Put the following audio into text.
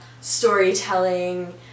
storytelling